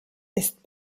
ist